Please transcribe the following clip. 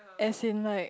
as in like